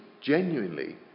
genuinely